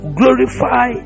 glorify